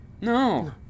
No